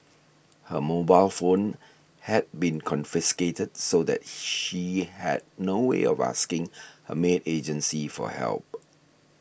her mobile phone had been confiscated so that she had no way of asking her maid agency for help